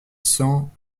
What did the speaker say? cents